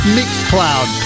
Mixcloud